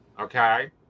Okay